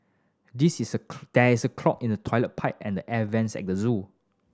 this is a there is a clog in the toilet pipe and air vents at the zoo